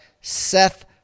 Seth